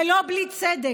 ולא בלי צדק,